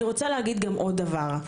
אני רוצה להגיד גם עוד דבר.